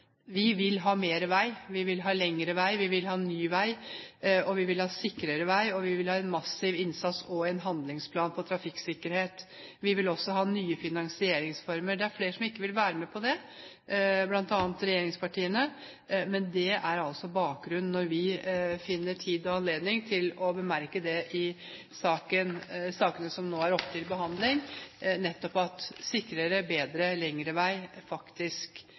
Vi vil ha mer vei, vi vil ha lengre vei, vi vil ha ny vei, vi vil ha sikrere vei, vi vil ha en massiv innsats og en handlingsplan for trafikksikkerhet. Vi vil også ha nye finansieringsformer. Det er flere som ikke vil være med på det, bl.a. regjeringspartiene. Men det er altså bakgrunnen for at vi finner tid og anledning til å bemerke i sakene som er oppe til behandling, at nettopp sikrere, bedre og lengre vei faktisk